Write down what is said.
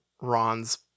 Ron's